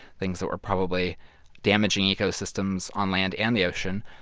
things that were probably damaging ecosystems on land and the ocean.